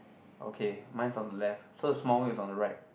okay mine is on the left so the small wheel is on the right